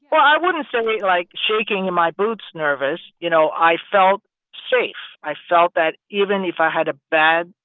but i wouldn't say, like, shaking-in-my-boots nervous. you know, i felt safe. i felt that even if i had a bad,